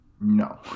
no